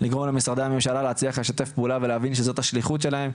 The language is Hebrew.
לגרום למשרדי הממשלה להצליח לשתף פעולה ולהבין שזאת השליחות שלהם.